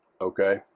okay